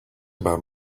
about